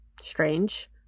Strange